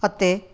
ਅਤੇ